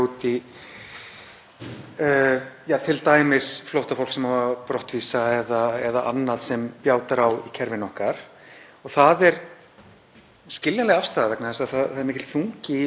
skiljanleg afstaða vegna þess að það er mikill þungi í orðum ráðherra. Það er mikill þungi í aðgerðum Stjórnarráðsins þegar valdahlutföllin eru eins ójöfn og á milli Stjórnarráðs Íslands og einstaklinga.